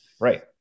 Right